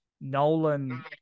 Nolan